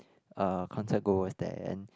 uh concert goers there and